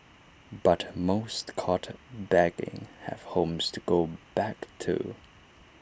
but most caught begging have homes to go back to